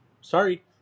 Sorry